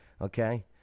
okay